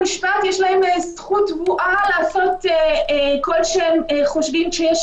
המשפטיות אבל אני רוצה לגעת בכמה תהיות שעולות